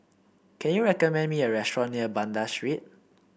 can you recommend me a restaurant near Banda Street